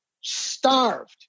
starved